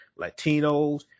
Latinos